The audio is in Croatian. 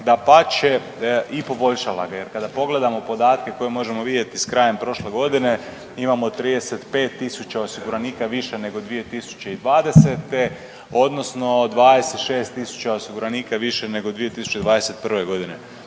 dapače i poboljšala ga. Jer kada pogledamo podatke koje možemo vidjeti sa krajem prošle godine imamo 35000 osiguranika više nego 2020. odnosno 26000 osiguranika više nego 2021. godine.